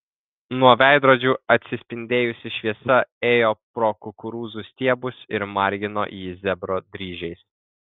nuo veidrodžių atsispindėjusi šviesa ėjo pro kukurūzų stiebus ir margino jį zebro dryžiais